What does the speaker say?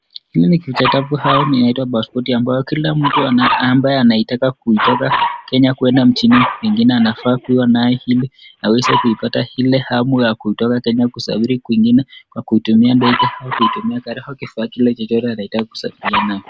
Hii ni kijitabu ambayo kila mtu ambaye anahitaji kuitoka Kenya kwenda nchini nyingine anafaa kuwa naye ili aweze kuipata ile hamu ya kuitoka Kenya kusafiri kwingine kwa kutumia ndege au kutumia gari au kifaa kile chochote anahitaji kusafiria naye.